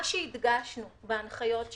הדגשנו בהנחיות שלנו,